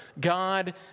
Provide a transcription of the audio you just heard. God